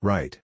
Right